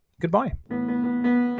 goodbye